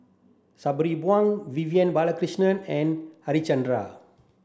Sabri Buang Vivian Balakrishnan and Harichandra